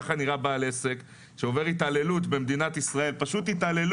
כך נראה בעל עסק שעובר במדינת ישראל התעללות.